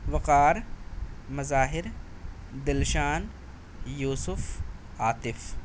Waqar Mazhar Dilshan Yousuf Atif